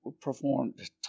performed